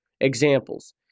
examples